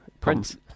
Prince